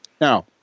Now